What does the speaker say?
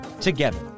together